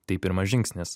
tai pirmas žingsnis